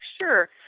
Sure